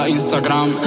Instagram